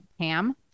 pam